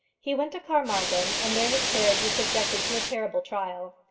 he went to carmarthen, and there his courage was subjected to a terrible trial.